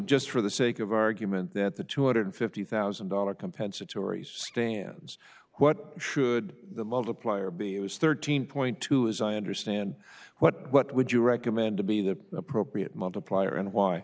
just for the sake of argument that the two hundred fifty thousand dollar compensatory stands what should the multiplier be was thirteen point two as i understand what what would you recommend to be the appropriate multiplier and why